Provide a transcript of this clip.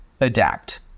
adapt